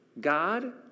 god